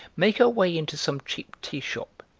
make her way into some cheap tea-shop,